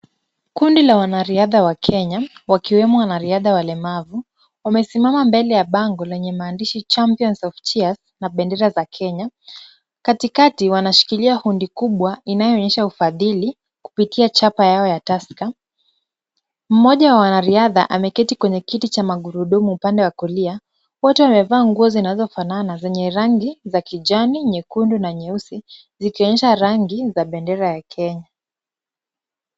Kundi la wanariadha wa kenya, wakiwemo wanariadha walemavu, wamesimama mbele ya bango lenye maandishi champions of cheers na bendera za Kenya. Katikati wanashikilia hundi kubwa inayoonyesha ufadhili kupitia chapa yao Tusker. Mmoja wa wanariadha ameketi kwenye kiti cha magurudumu upande wa kulia. Wote wamevaa nguo zinazofanana zenye rangi za kijani, nyekundu na nyeusi zikionyesha rangi za bendera ya kenya.